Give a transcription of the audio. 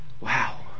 Wow